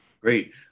Great